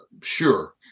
sure